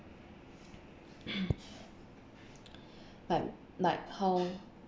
like like how